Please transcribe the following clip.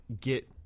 get –